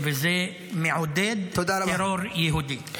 -- וזה מעודד טרור יהודי.